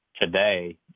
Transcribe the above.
today